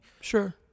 Sure